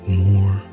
more